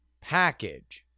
package